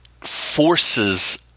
forces